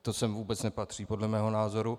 To sem vůbec nepatří podle mého názoru.